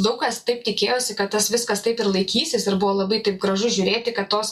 daug kas taip tikėjosi kad tas viskas taip ir laikysis ir buvo labai taip gražu žiūrėti kad tos